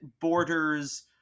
borders